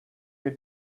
you